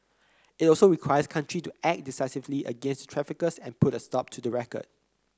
it also requires countries act decisively against the traffickers and put a stop to the racket